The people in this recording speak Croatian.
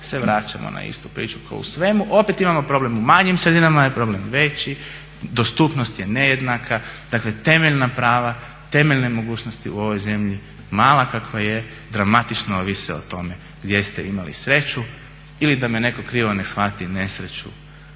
se vraćamo na istu priču ko u svemu, opet imamo problem. U manjim sredinama je problem veći, dostupnost je nejednaka, dakle temeljna prava, temeljne mogućnosti u ovoj zemlji mala kakva je dramatično ovise o tome gdje ste imali sreću ili da me netko krivo ne shvati nesreću